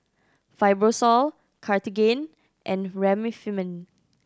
Fibrosol Cartigain and Remifemin